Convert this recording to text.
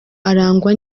arangwa